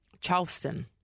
Charleston